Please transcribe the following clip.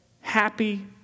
happy